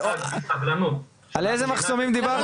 קצת סבלנות --- לא,